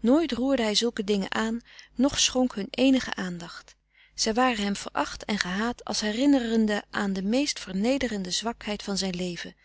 nooit roerde hij zulke dingen aan noch schonk hun eenige aandacht zij waren hem veracht en gehaat als herinnerende aan de meest vernederende zwakheid van zijn leven